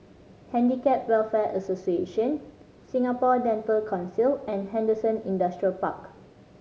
Handicap Welfare Association Singapore Dental Council and Henderson Industrial Park